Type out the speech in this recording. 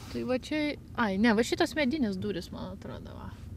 tai va čia ai ne va šitos medinės durys man atrodo va